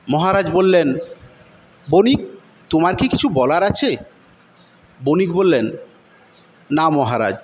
মহারাজ বললেন বণিক তোমার কি কিছু বলার আছে বণিক বললেন না মহারাজ